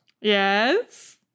Yes